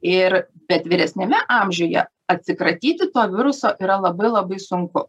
ir bet vyresniame amžiuje atsikratyti to viruso yra labai labai sunku